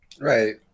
Right